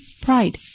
pride